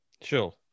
Sure